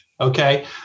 Okay